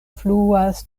fluas